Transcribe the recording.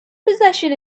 possession